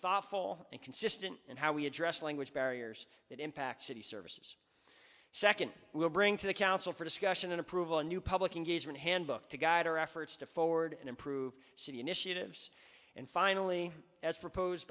thoughtful and consistent in how we address language barriers that impact city services second will bring to the council for discussion approval a new public engagement handbook to guide our efforts to forward and improve city initiatives and finally as proposed